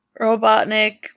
Robotnik